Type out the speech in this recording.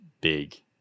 big